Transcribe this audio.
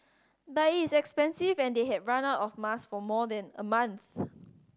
but it is expensive and they had run out of masks for more than a month